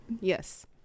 Yes